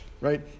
right